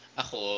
ako